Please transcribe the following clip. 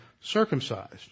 circumcised